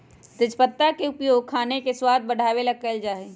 तेजपत्ता के उपयोग खाने के स्वाद बढ़ावे ला कइल जा हई